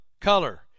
color